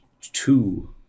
two